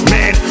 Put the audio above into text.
Man